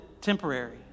temporary